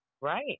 Right